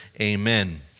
amen